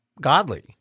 godly